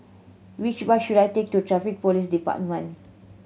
which bus should I take to Traffic Police Department